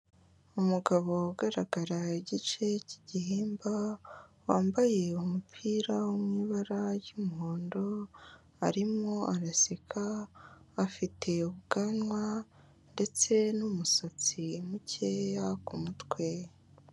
Umugabo ugaragara igice cy'igihimba, wambaye umupira wo mu ibara ry'umuhondo, arimo araseka afite ubwanwa ndetse n'umusatsi mukeya ku mutwe.